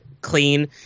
clean